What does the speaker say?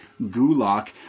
Gulak